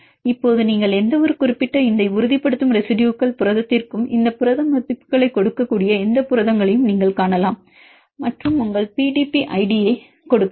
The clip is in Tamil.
இப்போது நீங்கள் எந்தவொரு குறிப்பிட்ட இந்த உறுதிப்படுத்தும் ரெசிடுயுகள் புரதத்திற்கும் இந்த புரத மதிப்புகளைக் கொடுக்கக்கூடிய எந்த புரதங்களையும் நீங்கள் காணலாம் மற்றும் உங்கள் பிடிபி ஐடியைக் கொடுக்கலாம்